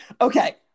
Okay